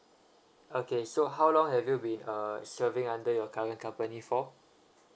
okay so how long have you been uh serving under your current company for